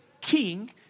king